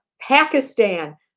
Pakistan